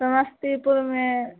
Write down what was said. समस्तीपुरमे